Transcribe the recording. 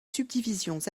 subdivisions